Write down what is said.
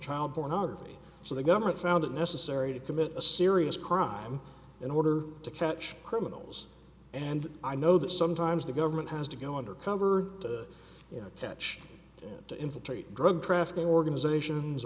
child pornography so the government found it necessary to commit a serious crime in order to catch criminals and i know that sometimes the government has to go undercover you know teche to infiltrate drug trafficking organizations